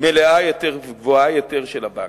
מלאה יותר וגבוהה יותר של הבנק,